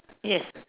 yes